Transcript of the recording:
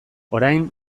orain